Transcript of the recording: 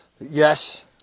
Yes